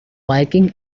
viking